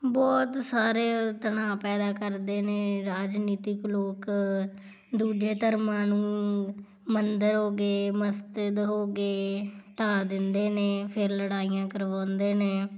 ਬਹੁਤ ਸਾਰੇ ਉਹ ਤਣਾਅ ਪੈਦਾ ਕਰਦੇ ਨੇ ਰਾਜਨੀਤਿਕ ਲੋਕ ਦੂਜੇ ਧਰਮਾਂ ਨੂੰ ਮੰਦਰ ਹੋ ਗਏ ਮਸਜਿਦ ਹੋ ਗਏ ਢਾ ਦਿੰਦੇ ਨੇ ਫਿਰ ਲੜਾਈਆਂ ਕਰਵਾਉਂਦੇ ਨੇ